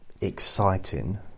exciting